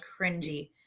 cringy